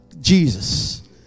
Jesus